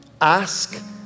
ask